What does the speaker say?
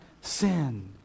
sin